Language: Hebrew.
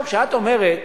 כשאת אומרת